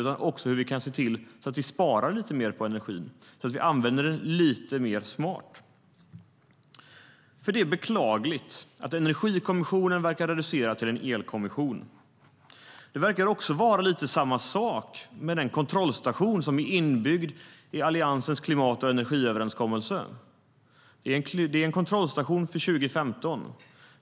Det handlar också om hur vi kan spara lite mer på energin och använder den lite mer smart. Det är beklagligt att energikommissionen verkar ha reducerats till en elkommission. Det verkar också vara lite samma sak med den kontrollstation som är inbyggd i Alliansens klimat och energiöverenskommelse. Det är en kontrollstation för 2015.